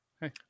Hey